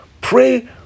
Pray